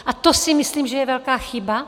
A to si myslím, že je velká chyba.